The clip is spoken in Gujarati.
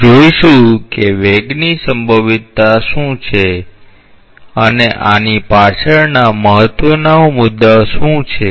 અમે જોઈશું કે વેગની સંભવિતતા શું છે અને આની પાછળના મહત્વના મુદ્દાઓ શું છે